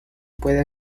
puede